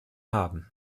haben